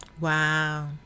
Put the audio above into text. Wow